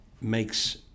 makes